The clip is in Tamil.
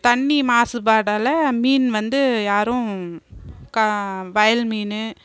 தண்ணி மாசுபாடால் மீன் வந்து யாரும் கா வயல் மீன்